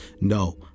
no